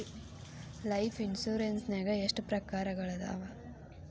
Life insurance ನ್ಯಾಗ ಎಷ್ಟ್ ಪ್ರಕಾರ್ಗಳವ?